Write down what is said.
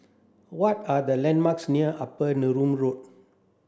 what are the landmarks near Upper Neram Road